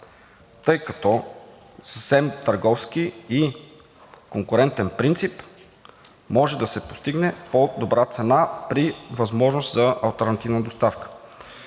тъй като съвсем търговски и конкурентен принцип може да постигне по-добра цена при възможност за алтернативна доставка.